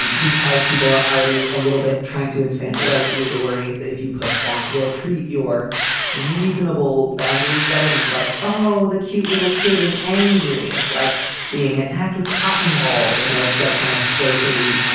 and because people are already a little bit trying to infantilize you. the worry is that if you push back, they'll treat your reasonable boundary. setting is like, oh, the cute little kid is angry. it's like being attacked with cotton balls and they'll like kind of playfully